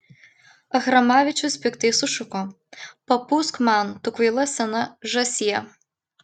achramavičius piktai sušuko papūsk man tu kvaila sena žąsie